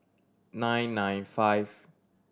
nine nine five